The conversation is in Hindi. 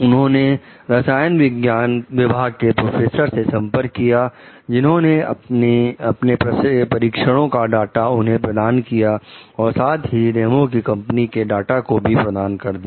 उन्होंने रसायन विभाग के प्रोफेसर से संपर्क किया जिन्होंने अपने परीक्षणों का डाटा उन्हें प्रदान किया और साथ ही रेमो की कंपनी के डाटा को भी प्रदान कर दिया